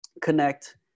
connect